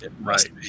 Right